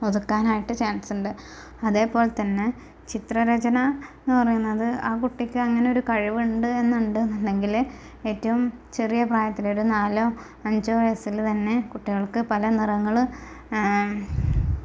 ഒതുക്കാനായിട്ട് chance ഉണ്ട് അതേപോലെ തന്നെ ചിത്ര രചന എന്ന് പറയുന്നത് ആ കുട്ടിക്ക് അങ്ങനൊരു കഴിവ് ഉണ്ട് എന്നുണ്ടെങ്കില് ഏറ്റവും ചെറിയ പ്രായത്തില് ഒരു നാലോ അഞ്ചോ വയസ്സില് തന്നെ കുട്ടികൾക്ക് പല നിറങ്ങള്